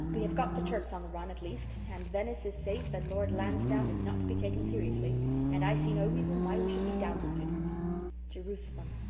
we have got the turks on the run, at least, and venice is safe and lord lansdowne is not to be taken seriously and i see no reason why we should be downhearted jerusalem!